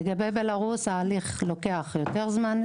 לגבי בלרוס, ההליך לוקח יותר זמן.